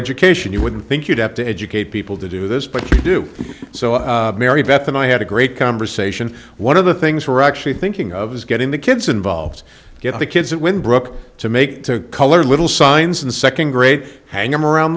education you wouldn't think you'd have to educate people to do this but you do so mary beth and i had a great conversation one of the things we're actually thinking of is getting the kids involved get the kids when brooke to make color little signs in second grade hang them around